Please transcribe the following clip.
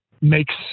makes